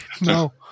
No